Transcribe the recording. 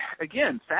again